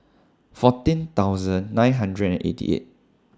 fourteen thousand nine hundred and eighty eight